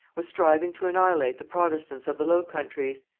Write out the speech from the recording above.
was striving to annihilate the protestants of the low countries,